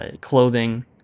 clothing